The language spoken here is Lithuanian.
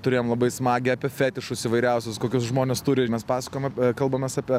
turėjom labai smagią apie fetišus įvairiausius kokius žmonės turi ir mes pasakojam kalbamės apie